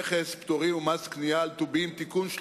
והפטורים ומס קנייה על טובין (תיקון מס'